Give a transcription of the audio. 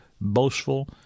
boastful